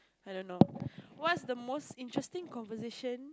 I don't know what's the most interesting conversation